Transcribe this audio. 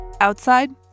outside